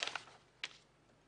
(ב)